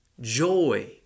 Joy